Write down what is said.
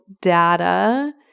data